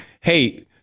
hey